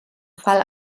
fall